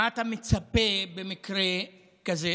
מה אתה מצפה במקרה כזה?